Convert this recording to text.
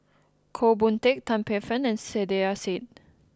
Goh Boon Teck Tan Paey Fern and Saiedah Said